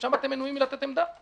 האם גם שם אתם מנועים לתת עמדה?